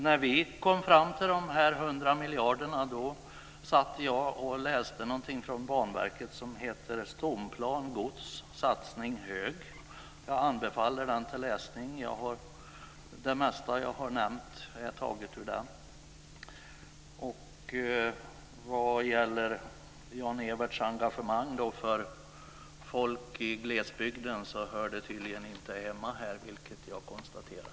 När vi kom fram till dessa 100 miljarder läste jag i en skrift från Banverket som hette Stomplan, gods, satsning hög. Jag anbefaller den till läsning. Det mesta jag har nämnt har jag tagit ur den. Vad gäller Jan-Everts engagemang för folk i glesbygden hör det tydligen inte hemma här, vilket jag konstaterar.